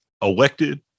elected